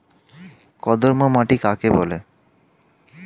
কর্দম মাটি কাকে বলে?